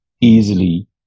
easily